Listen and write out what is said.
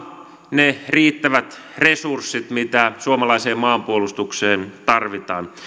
ne riittävät resurssit mitä suomalaiseen maanpuolustukseen tarvitaan